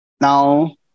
Now